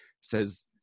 says